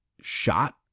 shot